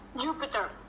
Jupiter